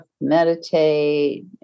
meditate